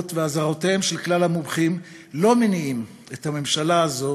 המהבהבות ואזהרותיהם של כלל המומחים לא מניאות את הממשלה הזו